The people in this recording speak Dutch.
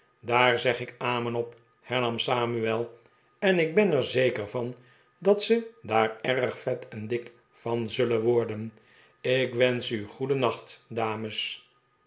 daar zeg ik amen op hernam samuel f en ik ben er zeker van dat ze daar erg vet en dik van zullen warden ik wensch u goedennacht dames